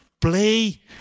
play